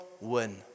win